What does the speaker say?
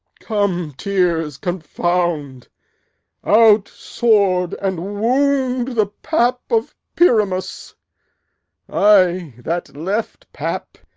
come, tears, confound out, sword, and wound the pap of pyramus ay, that left pap,